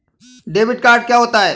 Debit card क्या होता है?